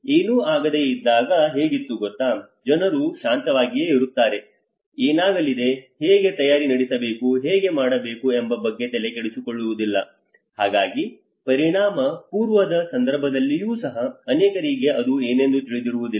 ಏನೂ ಆಗದೇ ಇದ್ದಾಗ ಹೇಗಿತ್ತು ಗೊತ್ತಾ ಜನರು ಶಾಂತವಾಗಿಯೇ ಇರುತ್ತಾರೆ ಏನಾಗಲಿದೆ ಹೇಗೆ ತಯಾರಿ ನಡೆಸಬೇಕು ಹೇಗೆ ಮಾಡಬೇಕು ಎಂಬ ಬಗ್ಗೆ ತಲೆ ಕೆಡಿಸಿಕೊಳ್ಳಲಿಲ್ಲ ಹಾಗಾಗಿ ಪರಿಣಾಮ ಪೂರ್ವದ ಸಂದರ್ಭಗಳಲ್ಲಿಯೂ ಸಹ ಅನೇಕರಿಗೆ ಅದು ಏನೆಂದು ತಿಳಿದಿರುವುದಿಲ್ಲ